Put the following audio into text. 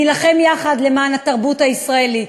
נילחם יחד למען התרבות הישראלית,